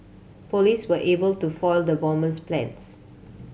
police were able to foil the bomber's plans